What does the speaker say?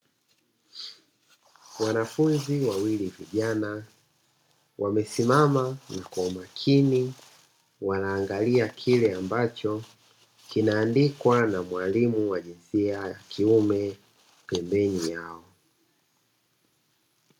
Wanafunzi wawili vijana wamesimama kwaumakini wanaangalia kile ambacho kinaandikwa na mwalimu wajinsia yakiume pembeni yao.